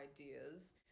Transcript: ideas